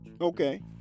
Okay